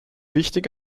wichtig